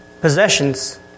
possessions